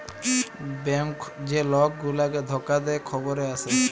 bank যে লক গুলাকে ধকা দে খবরে আসে